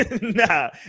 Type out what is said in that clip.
nah